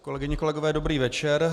Kolegyně, kolegové, dobrý večer.